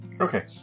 Okay